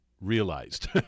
realized